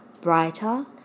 brighter